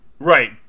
Right